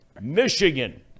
Michigan